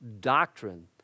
doctrine